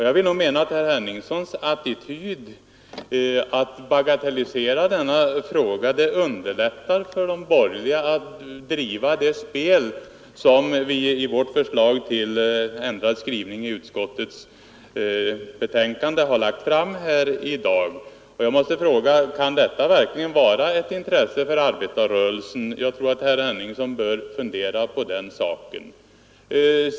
Jag vill nog mena att herr Henningssons attityd att bagatellisera den här saken underlättar för de borgerliga att driva det spel som vi påtalat i det förslag till ändrad skrivning i utskottets betänkande som vi har lagt fram här i dag. Kan detta verkligen vara ett intresse för arbetarrörelsen? Jag tror att herr Henningsson bör fundera på den frågan.